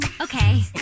Okay